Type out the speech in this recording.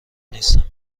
نیستم